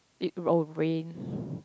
it oh rain